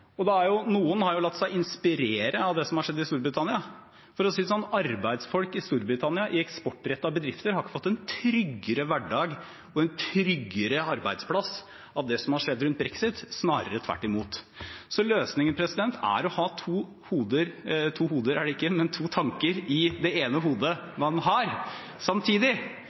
Noen har latt seg inspirere av det som har skjedd i Storbritannia. For å si det sånn: Arbeidsfolk i eksportrettede bedrifter i Storbritannia har ikke fått en tryggere hverdag og en tryggere arbeidsplass med det som har skjedd i forbindelse med brexit – snarere tvert imot. Så løsningen er å ha to hoder – nei, ikke å ha to hoder, men å ha to tanker i det ene hodet man har, samtidig.